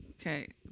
Okay